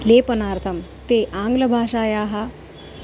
लेपनार्थं ते आङ्ग्लभाषायाः